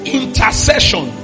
intercession